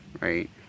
right